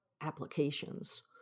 applications